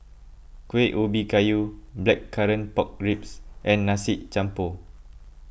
Kueh Ubi Kayu Blackcurrant Pork Ribs and Nasi Campur